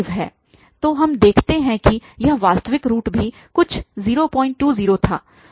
तो हम देख सकते हैं कि यह वास्तविक रूट भी कुछ 020 था